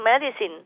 medicine